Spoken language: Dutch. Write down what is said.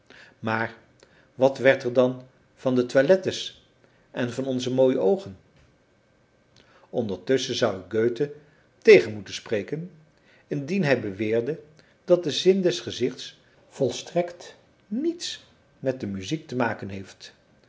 maar wat werd er dan van de toilettes en van onze mooie oogen ondertusschen zou ik goethe tegen moeten spreken indien hij beweerde dat de zin des gezichts volstrekt niets met de muziek te maken heeft